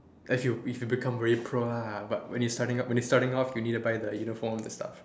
as you if you become very pro lah but when you starting out when you starting out you need to buy the uniform and all the stuff